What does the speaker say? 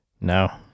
No